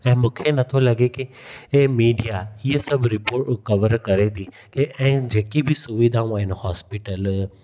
ऐं मूंखे नथो लॻे की हे मीडिया हीअं सभु रिपोर्ट कवर करे थी की ऐं जेकी बि सुविधाऊं आहिनि हॉस्पिटल